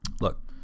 Look